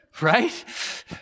right